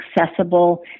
accessible